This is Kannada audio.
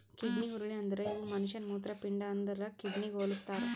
ಕಿಡ್ನಿ ಹುರುಳಿ ಅಂದುರ್ ಇವು ಮನುಷ್ಯನ ಮೂತ್ರಪಿಂಡ ಅಂದುರ್ ಕಿಡ್ನಿಗ್ ಹೊಲುಸ್ತಾರ್